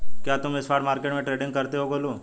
क्या तुम spot market में ट्रेडिंग करते हो गोलू?